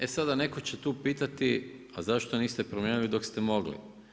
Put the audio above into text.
E sada, netko će tu pitati, a zašto niste promijenili dok ste mogli?